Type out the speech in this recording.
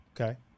Okay